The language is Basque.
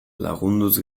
lagunduz